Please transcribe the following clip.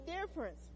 difference